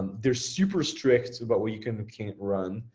they're super strict about what you can and can't run,